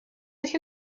sich